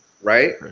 Right